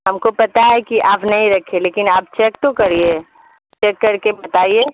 ہم کو پتا ہے کہ آپ نہیں رکھے لیکن آپ چیک تو کریے چیک کر کے بتائیے